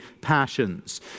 passions